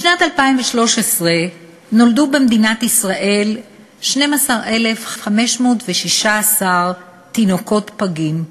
בשנת 2013 נולדו במדינת ישראל 12,516 תינוקות פגים,